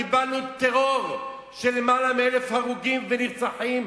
קיבלנו טרור של למעלה מ-1,000 הרוגים ונרצחים,